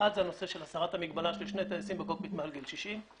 אחד זה הנושא של הסרת המגבלה של שני טייסים מעל גיל 60 בקוקפיט.